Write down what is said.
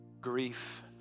grief